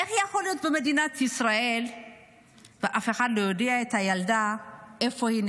איך יכול להיות שאף אחד במדינת ישראל לא יודע איפה הילדה נמצאת?